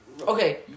Okay